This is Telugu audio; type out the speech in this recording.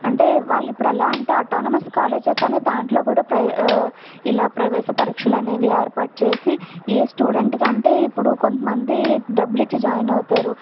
అంటే వాళ్ళు ఇప్పుడు ఎలా అంటే అటానమస్ కాలేజే కానీ దాంట్లో కూడా ప్రవే ఇలా ప్రవేశ పరీక్షలు అనేవి ఏర్పాటు చేసి ఏ స్టూడెంట్కంటే ఇప్పుడు కొంతమంది డబ్బులు ఇచ్చి జాయిన్ అవుతారు